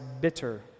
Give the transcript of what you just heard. bitter